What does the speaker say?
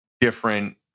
different